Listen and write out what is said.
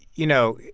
you know,